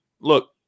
look